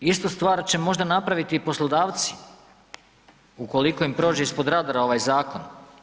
Istu stvar će možda napraviti i poslodavci ukoliko im prođe ispod radara ovaj zakon.